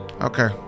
Okay